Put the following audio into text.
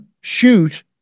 shoot